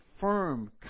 firm